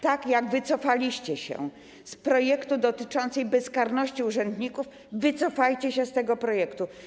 Tak jak wycofaliście się z projektu dotyczącego bezkarności urzędników, wycofajcie się z tego projektu.